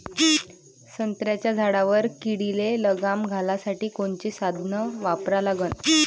संत्र्याच्या झाडावर किडीले लगाम घालासाठी कोनचे साधनं वापरा लागन?